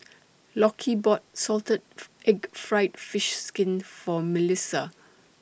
Lockie bought Salted Egg Fried Fish Skin For Milissa